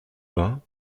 vingt